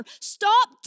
Stop